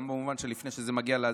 גם במובן של לפני שזה מגיע לזה,